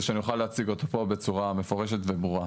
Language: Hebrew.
שאני אוכל להציג אותו פה בצורה מפורשת וברורה.